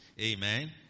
amen